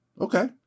Okay